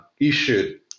issued